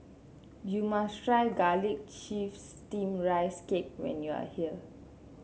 you must try Garlic Chives Steamed Rice Cake when you are here